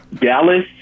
Dallas